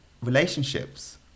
relationships